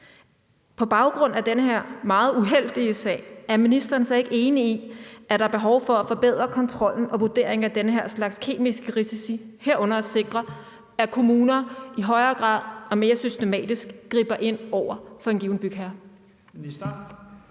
På baggrund af den her meget uheldige sag er ministeren så ikke enig i, at der er behov for at forbedre kontrollen med og vurderingen af den her slags kemiske risici, herunder at sikre, at kommuner i højere grad og mere systematisk griber ind over for en given bygherre?